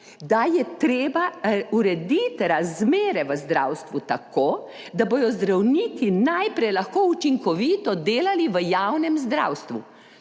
da je treba urediti razmere v zdravstvu tako, da bodo zdravniki najprej lahko učinkovito delali v javnem zdravstvu.